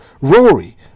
Rory